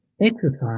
exercise